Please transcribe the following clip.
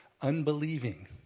unbelieving